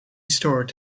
stored